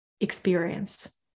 experience